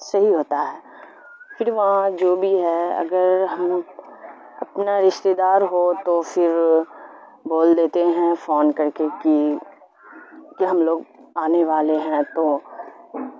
صحیح ہوتا ہے پھر وہاں جو بھی ہے اگر ہم اپنا رشتے دار ہو تو پھر بول دیتے ہیں فون کر کے کہ کہ ہم لوگ آنے والے ہیں تو